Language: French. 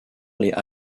les